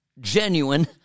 genuine